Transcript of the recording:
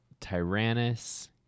Tyrannus